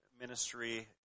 ministry